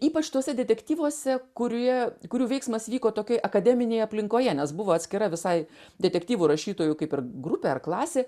ypač tuose detektyvuose kurie kurių veiksmas vyko tokioj akademinėj aplinkoje nes buvo atskira visai detektyvų rašytojų kaip ir grupė ar klasė